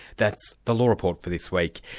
that's the law report for this week.